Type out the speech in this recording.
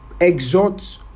exhort